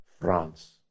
France